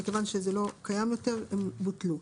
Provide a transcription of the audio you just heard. כיוון שזה לא קיים יותר - הם בוטלו.